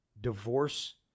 Divorce